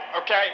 okay